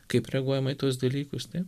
kaip reaguojama į tuos dalykus taip